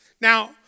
Now